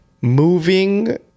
moving